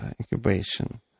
incubation